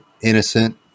innocent